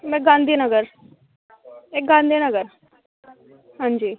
में गांधीनगर एह् गांधीनगर अंजी